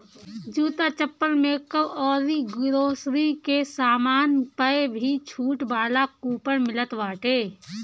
जूता, चप्पल, मेकअप अउरी ग्रोसरी के सामान पअ भी छुट वाला कूपन मिलत बाटे